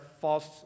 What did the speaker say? false